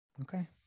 Okay